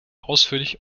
ausführlich